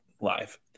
live